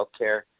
healthcare